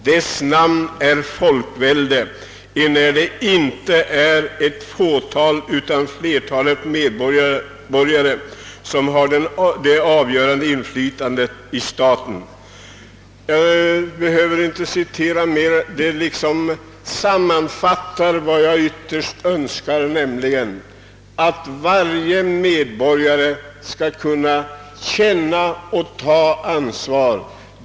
Dess namn är folkvälde, enär det inte är ett fåtal utan flertalet medborgare som har det avgörande inflytandet i staten.» Jag behöver inte citera mer. Detta liksom sammanfattar vad jag ytterst önskar, nämligen att varje medborgare skall kunna känna och ta ansvar.